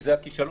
וזה הכישלון.